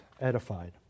edified